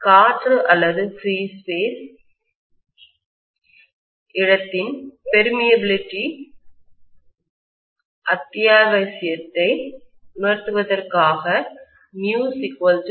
காற்று அல்லது free space இலவச இடத்தின் பெர்மியபிலிடி ஊடுறுவின் அத்தியாவசியத்தை உணர்த்துவதற்காகவே 0r